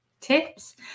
tips